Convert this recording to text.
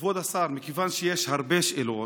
כבוד השר, מכיוון שיש הרבה שאלות,